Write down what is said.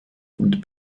und